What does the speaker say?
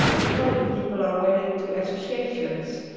the colored people are wedded to associations,